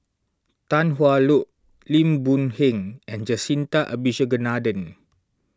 Tan Hwa Luck Lim Boon Heng and Jacintha Abisheganaden